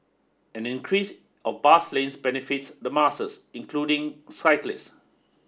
an increase of bus lanes benefits the masses including cyclists